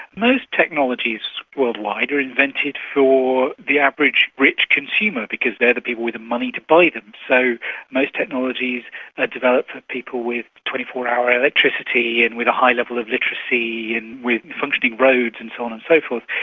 most technologies worldwide are invented for the average rich consumer because they're the people with the money to buy them. so most technologies are developed for people with twenty four hour electricity and with a high level of literacy and with functioning roads and so on and so forth.